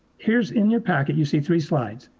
here's in your packet, you see three slides.